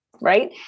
right